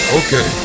okay